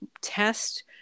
test